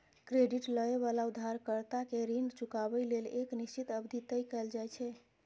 credit लए बला उधारकर्ता कें ऋण चुकाबै लेल एक निश्चित अवधि तय कैल जाइ छै